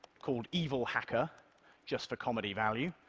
called evil hacker just for comedy value,